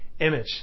image